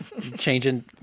Changing